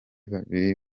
babiri